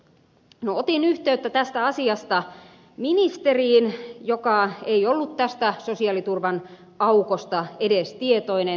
otin yhteyttä tästä asiasta ministeriin joka ei ollut tästä sosiaaliturvan aukosta edes tietoinen